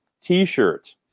T-shirt